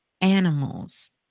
animals